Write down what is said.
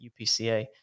UPCA